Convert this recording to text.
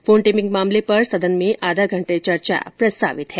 phone tapping मामले पर सदन में आधा घंटे चर्चा प्रस्तावित है